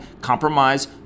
compromise